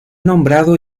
nombrado